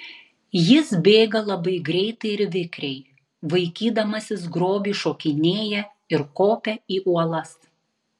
jis bėga labai greitai ir vikriai vaikydamasis grobį šokinėja ir kopia į uolas